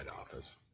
office